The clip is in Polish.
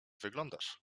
wyglądasz